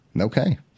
Okay